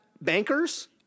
Bankers